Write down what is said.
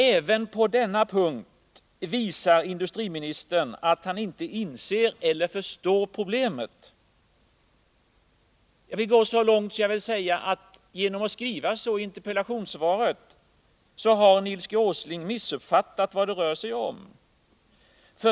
Även på denna punkt visar industriministern att han inte inser eller förstår problemet. Jag vill gå så långt att jag vill säga att genom att skriva så i interpellationssvaret har Nils Åsling visat att han missuppfattat vad det rör sig om.